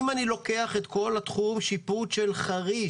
אם אני לוקח את כל תחום השיפוט של חריש